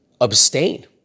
abstain